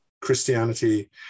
Christianity